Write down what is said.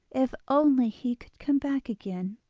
if only he could come back again!